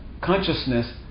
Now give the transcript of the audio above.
consciousness